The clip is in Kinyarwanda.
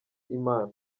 impano